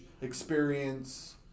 experience